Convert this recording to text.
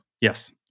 Yes